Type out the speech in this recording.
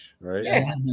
right